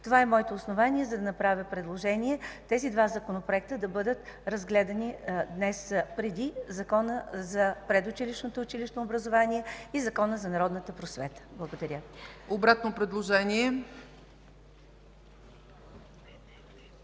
Това е моето основание, за да направя предложение тези два законопроекта да бъдат разгледани днес преди Закона за предучилищното и училищно образование и Закона за народната просвета. Благодаря. ПРЕДСЕДАТЕЛ